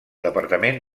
departament